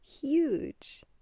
huge